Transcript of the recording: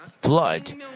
blood